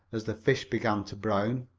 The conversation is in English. as the fish began to brown.